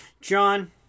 John